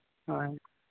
ᱦᱳᱭ